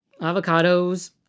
avocados